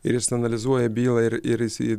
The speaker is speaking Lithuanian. ir jis analizuoja bylą ir ir jis jį